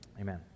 Amen